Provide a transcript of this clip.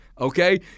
okay